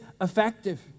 effective